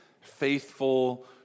faithful